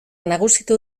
nagusitu